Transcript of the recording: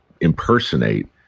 impersonate